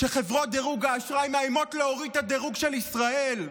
שחברות דירוג האשראי מאיימות להוריד את הדירוג של ישראל?